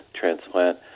transplant